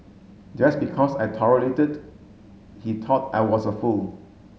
just because I tolerated he thought I was a fool